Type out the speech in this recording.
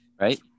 Right